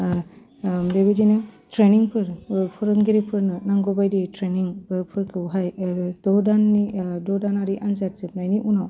बेबायदिनो ट्रेनिंफोर ओह फोरोंगिरिफोरनो नांगौ बायदियै ट्रेनिं हो फोरखौहाय द' दाननि द' दानारि आनजाद जोबनायनि उनाव